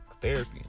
therapy